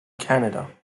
canada